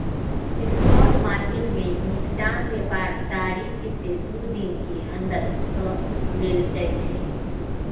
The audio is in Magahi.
स्पॉट मार्केट में निपटान व्यापार तारीख से दू दिन के अंदर कऽ लेल जाइ छइ